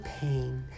pain